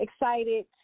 Excited